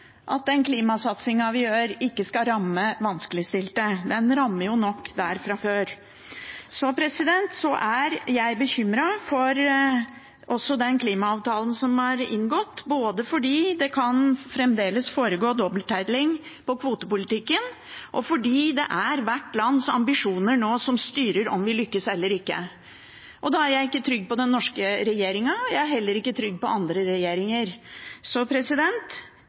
at den klimasatsingen vi gjør, ikke skal ramme vanskeligstilte. Den rammer nok der fra før. Jeg er også bekymret for den klimaavtalen som er inngått, både fordi det fremdeles kan foregå dobbelttelling på kvotepolitikken, og fordi det nå er hvert lands ambisjoner som styrer om vi lykkes eller ikke. Og da er jeg ikke trygg på den norske regjeringen, og jeg er heller ikke trygg på andre regjeringer, så